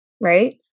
Right